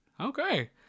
Okay